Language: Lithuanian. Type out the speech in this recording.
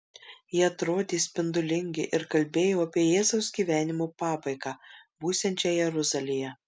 jie atrodė spindulingi ir kalbėjo apie jėzaus gyvenimo pabaigą būsiančią jeruzalėje